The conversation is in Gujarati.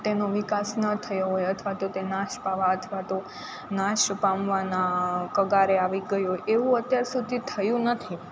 તેનો વિકાસ ન થયો હોય અથવા તો તે નાશ પામવા અથવા તો નાશ પામવાના કગારે આવી ગઈ હોય એવું અત્યાર સુધી થયું નથી